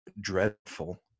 dreadful